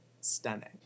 Stunning